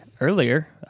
earlier